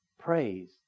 Praise